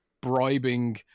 bribing